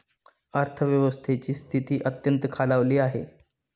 अर्थव्यवस्थेची स्थिती अत्यंत खालावली आहे